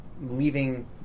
leaving